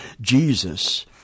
Jesus